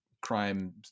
crime